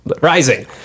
rising